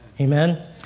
Amen